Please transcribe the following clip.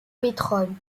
pétrole